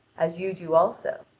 as you do also.